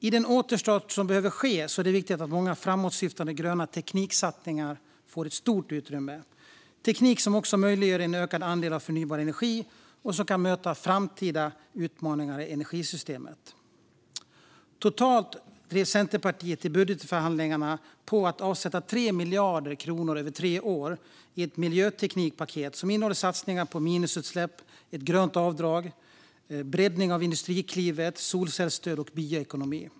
I den återstart som behöver ske är det viktigt att framåtsyftande gröna tekniksatsningar får stort utrymme, teknik som också möjliggör ökad andel förnybar energi och som kan möta framtida utmaningar i energisystemet. Totalt drev Centerpartiet i budgetförhandlingarna att avsätta 3 miljarder kronor över tre år i ett miljöteknikpaket som innehåller satsningar på minusutsläpp, ett grönt avdrag, breddning av Industriklivet, solcellsstöd och bioekonomi.